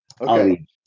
Okay